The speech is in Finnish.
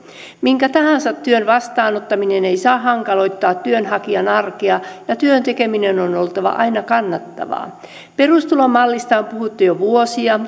minkä tahansa työn vastaanottaminen ei saa hankaloittaa työnhakijan arkea ja työn tekemisen on oltava aina kannattavaa perustulomallista on puhuttu jo vuosia